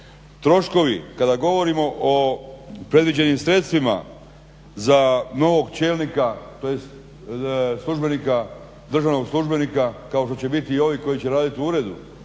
Troškovi kada govorimo o predviđenim sredstvima za novog čelnika tj. državnog službenika kao što će biti i ovi koji će raditi u uredu